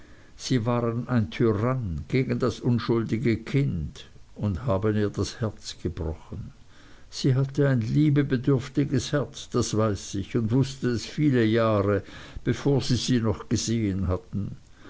sie waren ein tyrann gegen das unschuldige kind und haben ihr das herz gebrochen sie hatte ein liebebedürftiges herz das weiß ich und wußte es viele jahre bevor sie sie noch gesehen hatten